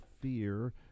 fear